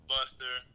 Buster